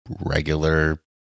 regular